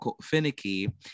finicky